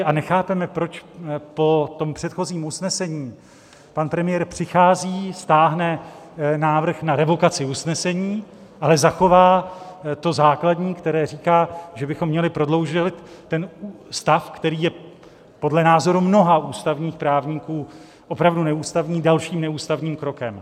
A nechápeme, proč po tom předchozím usnesení pan premiér přichází, stáhne návrh na revokaci usnesení, ale zachová to základní, které říká, že bychom měli prodloužit ten stav, který je podle názoru mnoha ústavních právníků opravdu neústavní, dalším neústavním krokem.